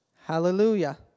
Hallelujah